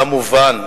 כמובן,